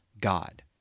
God